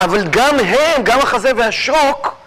אבל גם הם, גם החזה והשוק